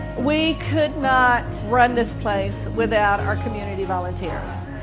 we could not run this place without our community volunteers.